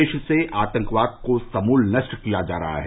देश से आतंकवाद को समूल नष्ट किया जा रहा है